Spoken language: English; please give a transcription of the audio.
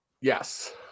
Yes